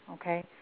okay